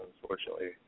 unfortunately